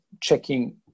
checking